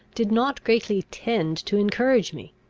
did not greatly tend to encourage me.